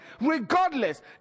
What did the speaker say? regardless